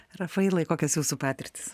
rafailai kokios jūsų patirtys